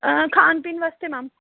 ਖਾਣ ਪੀਣ ਵਾਸਤੇ ਮੈਮ